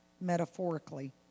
metaphorically